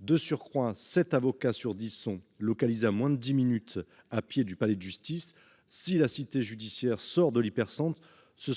De surcroît, sept avocats sur dix sont localisés à moins de dix minutes à pied du palais de justice. Si la cité judiciaire sort de l'hypercentre,